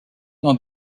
dans